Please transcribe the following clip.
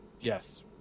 Yes